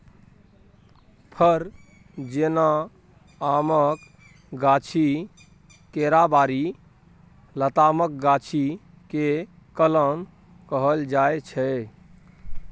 फर जेना आमक गाछी, केराबारी, लतामक गाछी केँ कलम कहल जाइ छै